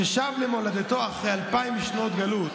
ששב למולדתו אחרי אלפיים שנות גלות